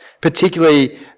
particularly